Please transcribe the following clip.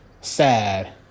sad